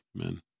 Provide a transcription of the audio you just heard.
Amen